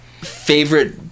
favorite